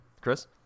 Chris